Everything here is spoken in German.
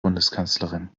bundeskanzlerin